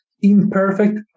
imperfect